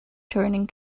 turning